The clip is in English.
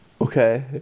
Okay